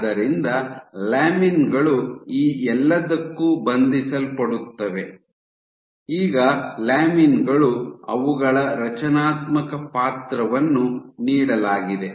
ಆದ್ದರಿಂದ ಲ್ಯಾಮಿನ್ ಗಳು ಈ ಎಲ್ಲದಕ್ಕೂ ಬಂಧಿಸಲ್ಪಡುತ್ತವೆ ಈಗ ಲ್ಯಾಮಿನ್ ಗಳು ಅವುಗಳ ರಚನಾತ್ಮಕ ಪಾತ್ರವನ್ನು ನೀಡಲಾಗಿದೆ